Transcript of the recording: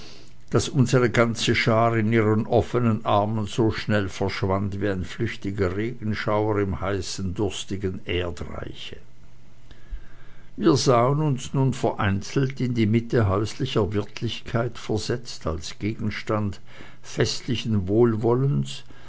daß unsere ganze schar in ihren offenen armen so schnell verschwand wie ein flüchtiger regenschauer im heißen durstigen erdreiche wir sahen uns nun vereinzelt in die mitte häuslicher wirtlichkeit versetzt als gegenstand festlichen wohlwollens